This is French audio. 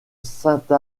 sainte